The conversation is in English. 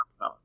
no